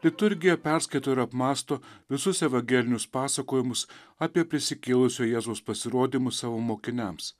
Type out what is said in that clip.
liturgija perskaito ir apmąsto visus evangelinius pasakojimus apie prisikėlusio jėzaus pasirodymus savo mokiniams